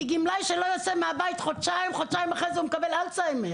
כי גמלאי שלא יוצא מהבית חודשיים או חודשיים וחצי הוא מקבל אלצהיימר.